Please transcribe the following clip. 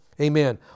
Amen